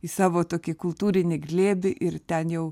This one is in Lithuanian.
į savo tokį kultūrinį glėbį ir ten jau